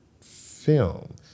film